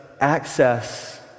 access